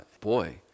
boy